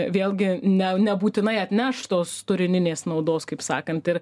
vėlgi ne nebūtinai atneš tos turininės naudos kaip sakant ir